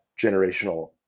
generational